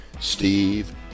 Steve